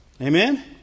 Amen